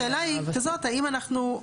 השאלה היא כזאת: האם אנחנו,